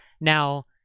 Now